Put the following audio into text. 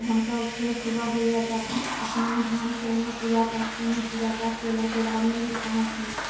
हमसब फेर सुबह होइया तऽ स्नान ध्यान कयलहुँ पूजा पाठ कयलहुँ पूजा पाठ कयलाके बादमे ही खाना खयलहुँ